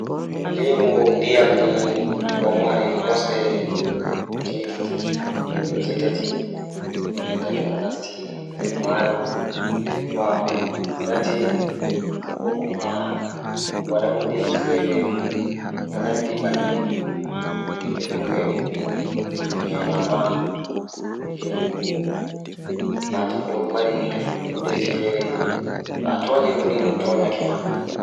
A'ah ɗokam Wala nafu masin Ɓe waɗi e nder aduna ɗon yidi jangirde e jokkuɗe ngesaɗe. Kono waɗugol limiti e coowa, ko waawete teeŋtude aduno ndun kaŋko. Maɗɗo ɗuuɗi ina waɗi geɗe e ɓernde kala waɗugol rewle, jaltinde diɗol ngesaɗe waɗi ko daaƴe ngam fayuɓe hay so.